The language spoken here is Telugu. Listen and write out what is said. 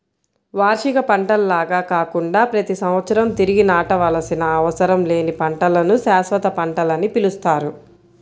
వార్షిక పంటల్లాగా కాకుండా ప్రతి సంవత్సరం తిరిగి నాటవలసిన అవసరం లేని పంటలను శాశ్వత పంటలని పిలుస్తారు